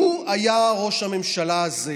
לו היה ראש הממשלה הזה